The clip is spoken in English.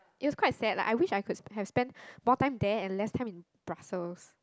it was quite sad lah I wish I could had spent more time there and less time in Brussels